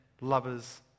lovers